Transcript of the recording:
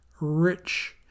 rich